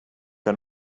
que